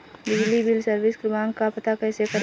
बिजली bill service क्रमांक का पता कैसे करें?